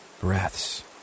breaths